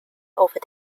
over